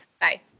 Bye